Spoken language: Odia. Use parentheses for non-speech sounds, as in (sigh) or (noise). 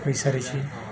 (unintelligible)